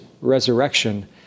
resurrection